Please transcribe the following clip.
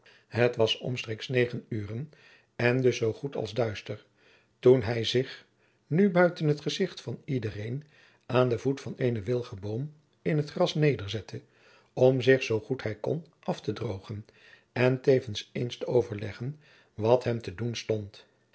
het was omstreeks negen uren en dus zoo goed als duister toen hij zich nu buiten het gezicht van iedereen aan den voet van eenen wilgenboom in t gras nederzette om zich zoo goed hij kon af te droogen en tevens eens te overleggen wat hem te doen stond